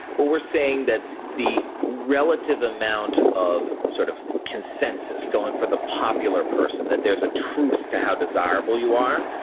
but we're saying that the relative amount of sort of consensus going for the popular person, that there's a truth to how desirable you are,